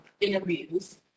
interviews